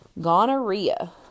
Gonorrhea